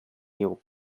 your